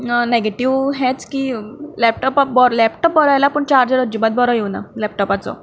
negative हेंच की लॅपटोपाक लॅपटोप बरो आयला पूण चार्जर अजिबात बरो येवंकना लॅपटोपाचो